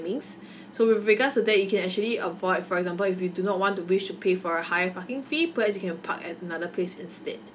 so with regards to that you can actually avoid for example if you do not want to wish to pay for a high parking fee per as you can park at another place instead